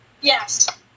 yes